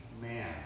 man